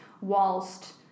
whilst